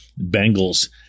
Bengals